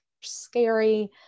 scary